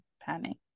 panic